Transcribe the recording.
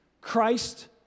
Christ